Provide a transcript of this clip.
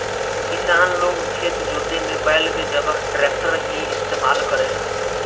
किसान लोग खेत जोते में बैल के जगह ट्रैक्टर ही इस्तेमाल करेला